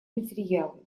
материалы